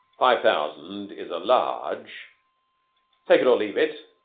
five thousand is a large take it or leave it.